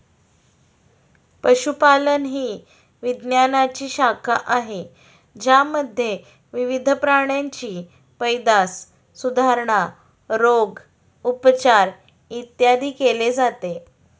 पशुपालन ही विज्ञानाची शाखा आहे ज्यामध्ये विविध प्राण्यांची पैदास, सुधारणा, रोग, उपचार, इत्यादी केले जाते